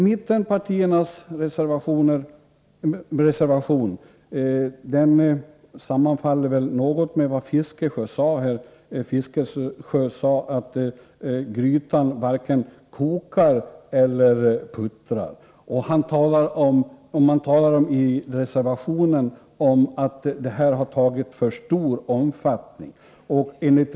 Mittenpartiernas reservation sammanfaller något med vad Fiskesjö här sade, nämligen att grytan varken kokar eller puttrar. I reservationen säger man att den här verksamheten har fått för stor omfattning.